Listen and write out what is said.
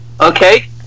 Okay